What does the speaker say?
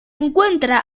encuentra